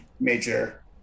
major